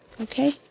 Okay